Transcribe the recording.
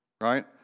Right